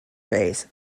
bays